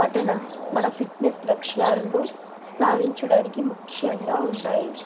పఠనం మన ఫిట్నెస్ లక్షణాలను సాధించడానికి ముఖ్యంగా ఉంటాయి